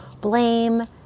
blame